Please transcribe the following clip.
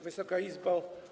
Wysoka Izbo!